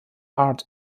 art